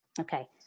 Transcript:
Okay